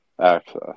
access